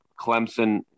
Clemson